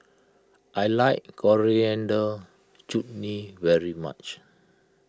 I like Coriander Chutney very much